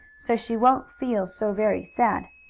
so she won't feel so very sad.